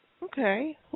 Okay